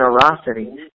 generosity